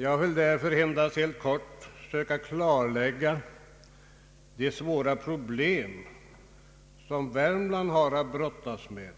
Jag vill därför endast helt kortfattat försöka klarlägga de svåra problem som Värmland har att brottas med